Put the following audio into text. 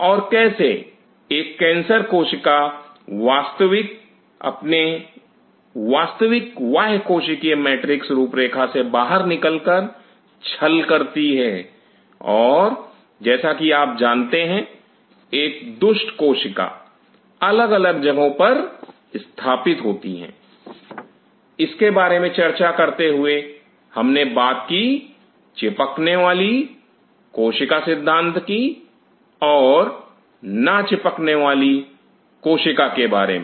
और कैसे एक कैंसर कोशिका अपने वास्तविक बाह्य कोशिकीय मैट्रिक्स रूपरेखा से बाहर निकल कर छल करती है और जैसा कि आप जानते हैं एक दुष्ट कोशिका अलग अलग जगहों पर स्थापित होती हैं इसके बारे में चर्चा करते हुए हमने बात की चिपकने वाली कोशिका सिद्धांत की और ना चिपकने वाली कोशिका के बारे में